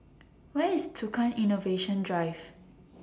Where IS Tukang Innovation Drive